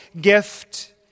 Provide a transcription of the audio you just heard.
gift